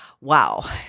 Wow